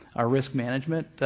ah risk management